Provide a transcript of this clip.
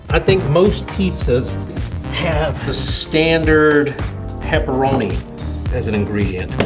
i think most pizzas have the standard pepperoni as an ingredient.